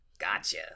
Gotcha